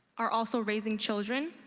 are also raising children.